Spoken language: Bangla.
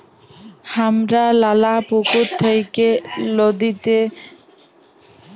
হামরা লালা পুকুর থেক্যে, লদীতে থেক্যে মাছ পাই রুই, কাতলা, ইলিশ ইত্যাদি